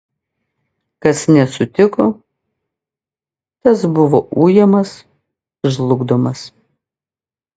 kas nesutiko tas buvo ujamas žlugdomas